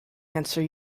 answer